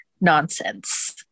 nonsense